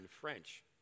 French